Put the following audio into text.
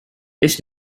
this